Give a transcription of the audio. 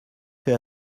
fais